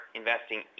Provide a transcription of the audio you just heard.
investing